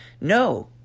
No